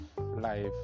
life